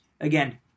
again